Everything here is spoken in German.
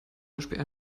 beispiel